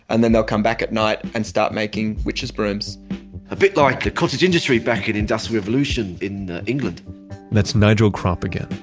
and then they'll come back at night, and start making witches brooms a bit like a cottage industry back in the industrial revolution in england that's nigel crop again,